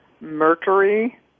mercury